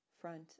Front